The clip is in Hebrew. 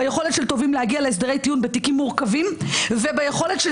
ביכולת של תובעים להגיע להסדרי טיעון בתיקים מורכבים וביכולת של